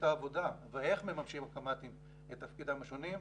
העבודה ואיך מממשים הקמ"טים את תפקידיהם השונים,